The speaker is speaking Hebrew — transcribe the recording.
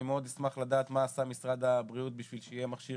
אני מאוד אשמח לדעת מה עשה משרד הבריאות בשביל שיהיה מכשיר